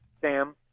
Sam